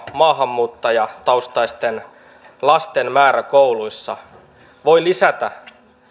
maahanmuuttajataustaisten lasten kasvava määrä kouluissa voi lisätä